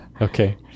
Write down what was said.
Okay